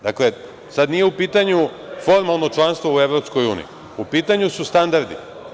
Dakle, sada nije u pitanju formalno članstvo u EU, u pitanju su standardi.